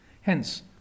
Hence